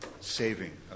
saving